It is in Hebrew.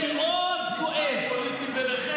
אתם הרי עושים משחק פוליטי ביניכם.